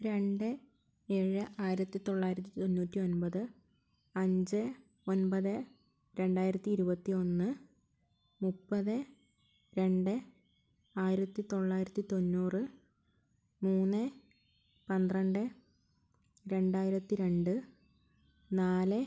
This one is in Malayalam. രണ്ട് ഏഴ് ആയിരത്തിതൊള്ളായിരത്തി തൊണ്ണൂറ്റിയൊൻപത് അഞ്ച് ഒൻപത് രണ്ടായിരത്തി ഇരുപത്തിയൊന്ന് മുപ്പത് രണ്ട് ആയിരത്തിതൊള്ളായിരത്തി തൊണ്ണൂറ് മൂന്ന് പന്ത്രണ്ട് രണ്ടായിരത്തിരണ്ട് നാല്